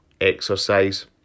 exercise